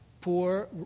poor